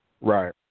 Right